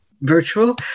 virtual